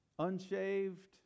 unshaved